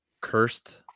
cursed